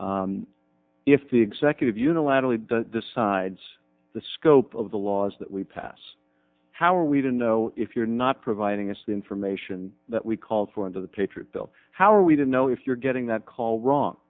if the executive unilaterally decides the scope of the laws that we pass how are we to know if you're not providing us the information that we called for under the patriot bill how are we didn't know if you're getting that call wrong